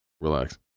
Relax